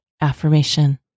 Affirmation